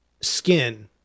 skin